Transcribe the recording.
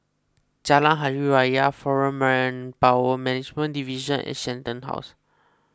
Jalan Hari Raya foreign Manpower Management Division and Shenton House